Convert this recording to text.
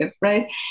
right